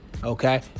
okay